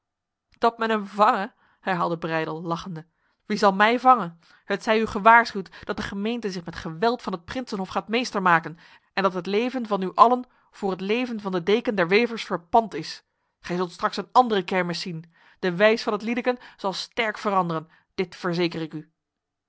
dat men hem vange herhaalde breydel lachende wie zal mij vangen het zij u gewaarschuwd dat de gemeente zich met geweld van het prinsenhof gaat meester maken en dat het leven van u allen voor het leven van de deken der wevers verpand is gij zult straks een andere kermis zien de wijs van het liedeken zal sterk veranderen dit verzeker ik u